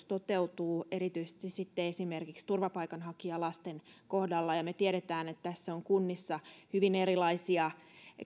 toteutuu erityisesti esimerkiksi turvapaikanhakijalasten kohdalla me tiedämme että tässä on kunnissa hyvin erilaisia